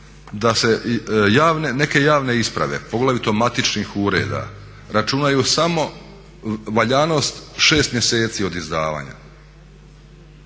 da se neke javne isprave, poglavito matičnih ureda računaju samo valjanost 6 mjeseci od izdavanja